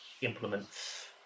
implements